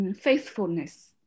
Faithfulness